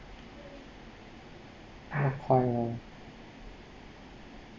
not quite ah